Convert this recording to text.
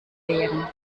erklären